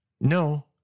No